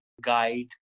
guide